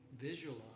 visualize